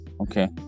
Okay